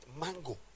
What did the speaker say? mango